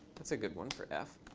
that's a good one for f.